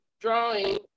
drawing